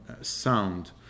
sound